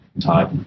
type